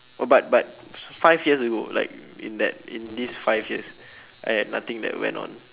oh but but five years ago like in that in these five years I had nothing that went on